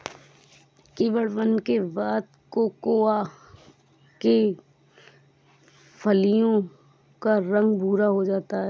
किण्वन के बाद कोकोआ के फलियों का रंग भुरा हो जाता है